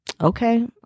Okay